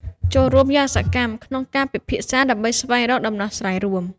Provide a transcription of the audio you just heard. ចូលរួមយ៉ាងសកម្មក្នុងការពិភាក្សាដើម្បីស្វែងរកដំណោះស្រាយរួម។